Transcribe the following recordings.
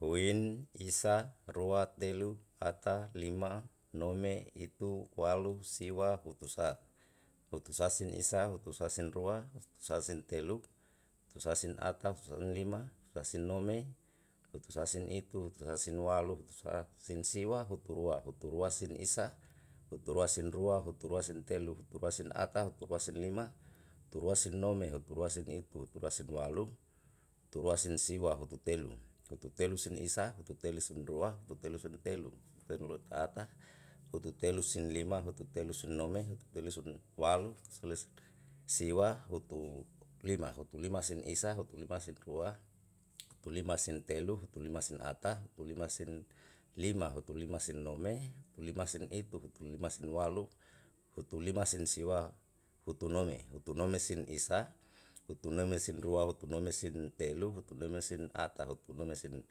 Win isa rua telu ata lima nome itu walu siwa hutusa, hutusa sin isa hutusa sin rua hutusa sin telu hutusa sin ata hutusa sin lima hutusa sin nome hutusa sin itu hutusa sin walu hutusa sin siwa huturua, huturua sin isa huturua sin rua huturua sin telu huturua sin ata huturua sin lima huturua sin nome huturua sin itu huturua sin walu huturua sin siwa hututelu, hututelu sin isa hututelu sin rua hututelu sin telu hututen rueta'ata hututelu sin lima hututelu sin nome hututelu sin walu hitutelu sin siwa hutulima, hutulima sin isa hutulima sin rua hutulima sin telu hutulima sin ata hutulima lima hutulima sin nome hutulima sin itu hutulima sin walu hutulima sin siwa hutunome, hutunome sin isa hutunome sin rua hutunome sin telu hutunome sin ata hutunome sin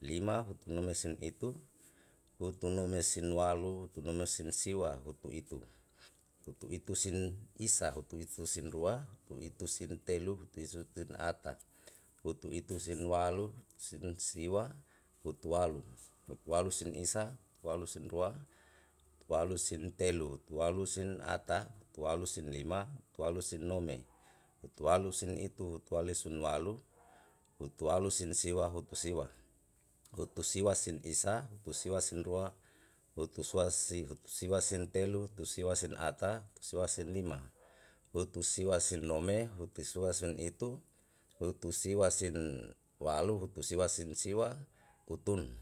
lima hutunome sin itu hutunome sin itu hutunome sin walu hutunome sin siwa hutuitu, hutuitu sin isa hutuitu sin rua hutuitu sin telu hutuitu sin ata hutuitu sin walu hutuitu sin siwa hutuwalu, hutu walu sin isa hutwalu sin rua hutuwalu sin telu hutuwalu sin ata hutuwalu sin lima hutuwalu sin nome hutuwalu sin itu hutuwalu sin walu hutuwalu sin siwa hutusiwa, hutusiwa sin isa hutusiwa sin rua hutusiwa sin telu hutusiwa sin ata hutusiwa sin lima hutusiwa sin nome hutusiwa sin itu hutusiwa sin walu hutusiwa sin siwa utun.